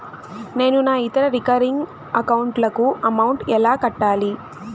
నేను నా ఇతర రికరింగ్ అకౌంట్ లకు అమౌంట్ ఎలా కట్టాలి?